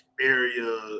area